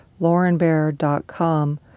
laurenbear.com